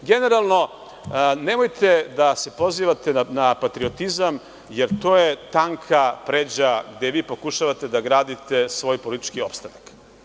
Generalno, nemojte da se pozivate na patriotizam, jer to je tanka pređa gde vi pokušavate da gradite svoj politički opstanak.